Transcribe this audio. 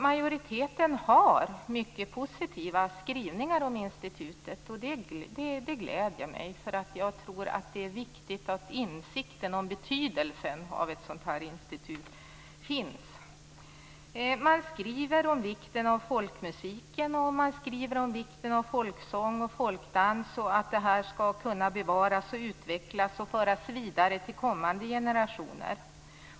Majoriteten har mycket positiva skrivningar om institutet, och det gläder mig. Jag tror att det är viktigt att det finns en insikt om betydelsen av ett sådant här institutet. Man skriver om vikten av att folkmusik, folksång och folkdans skall kunna bevaras, utvecklas och föras vidare till kommande generationer.